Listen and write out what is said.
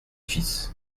fils